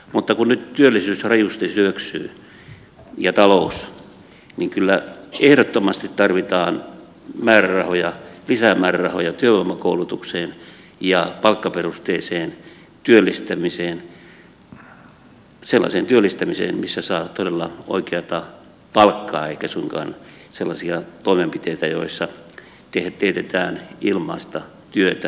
mutta kun työllisyys ja talous nyt rajusti syöksyvät niin kyllä ehdottomasti tarvitaan lisää määrärahoja työvoimakoulutukseen ja palkkaperusteiseen työllistämiseen sellaiseen työllistämiseen missä saa todella oikeata palkkaa eikä suinkaan sellaisia toimenpiteitä joissa teetetään ilmaista työtä työttömillä